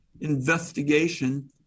investigation